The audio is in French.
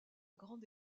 grande